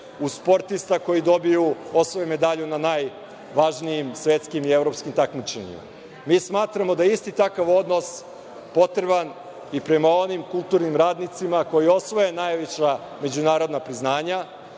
u sportista koji dobiju, osvoje medalju na najvažnijim svetskim i evropskim takmičenjima. Mi smatramo da isti takav odnos potreba i prema onim kulturnim radnicima koji osvoje najveća međunarodna priznanja